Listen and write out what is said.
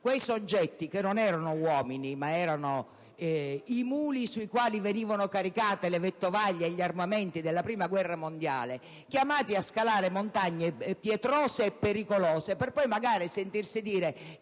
quei soggetti che accompagnavano i muli sui quali venivano caricate le vettovaglie e gli armamenti nella Prima guerra mondiale, chiamati a scalare montagne pietrose e pericolose per poi magari sentirsi dire